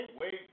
wait